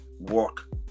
work